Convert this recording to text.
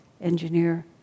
engineer